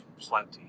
plenty